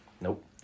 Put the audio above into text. Nope